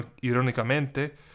irónicamente